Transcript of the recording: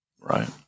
Right